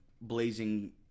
blazing